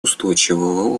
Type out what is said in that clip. устойчивого